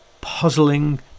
puzzling